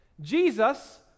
Jesus